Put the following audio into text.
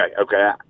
okay